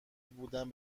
بودن